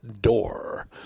door